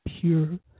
pure